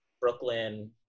Brooklyn